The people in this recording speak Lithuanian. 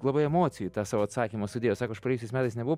labai emocijų tą savo atsakymą sudėjo sako aš praėjusiais metais nebuvau